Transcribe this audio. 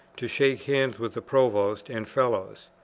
to shake hands with the provost and fellows.